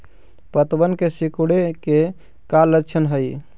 पत्तबन के सिकुड़े के का लक्षण हई?